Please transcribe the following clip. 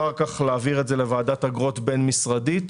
אחר כך להעביר את זה לוועדת אגרות בין-משרדית,